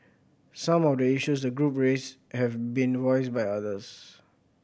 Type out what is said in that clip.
some of the issues the group raised have been voiced by others